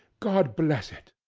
god bless it!